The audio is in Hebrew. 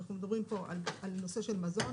אנחנו מדברים פה על נושא של מזון,